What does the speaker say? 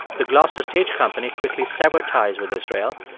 the gloucester stage company quickly severed ties with israel.